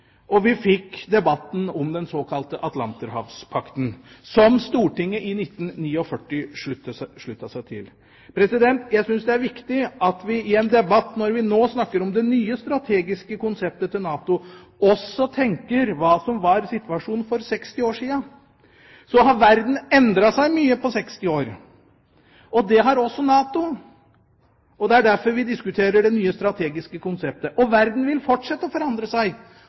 Vi fikk debatten om den såkalte Atlanterhavspakten, som Stortinget i 1949 sluttet seg til. Jeg syns det er viktig at vi i en debatt, når vi nå snakker om det nye strategiske konseptet til NATO, også tenker på hva som var situasjonen for 60 år siden. Så har verden endret seg mye på 60 år, og det har også NATO. Det er derfor vi diskuterer det nye strategiske konseptet. Verden vil fortsette å forandre seg.